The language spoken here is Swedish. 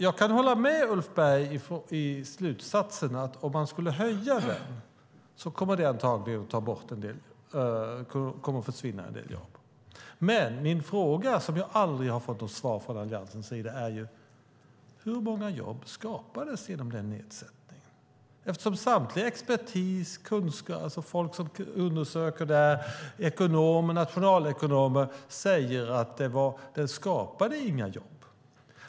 Jag kan hålla med Ulf Berg om slutsatsen att om man skulle höja den, då kommer det antagligen att försvinna en del jobb. Men min fråga - som jag aldrig har fått något svar på från Alliansens sida - är: Hur många jobb skapades genom den nedsättningen? All expertis, folk som undersöker, ekonomer och nationalekonomer säger att det inte skapade några jobb.